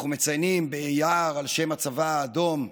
אנחנו מציינים ביער על שם הצבא האדום,